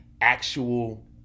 actual